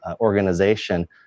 organization